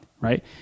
right